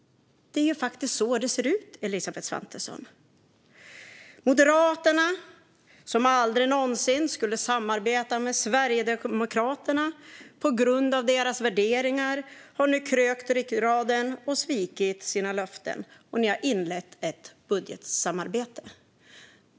Det är faktiskt så det ser ut, Elisabeth Svantesson. Moderaterna, som aldrig någonsin skulle samarbeta med Sverigedemokraterna på grund av deras värderingar, har nu krökt ryggraden, svikit sina löften och inlett ett budgetsamarbete.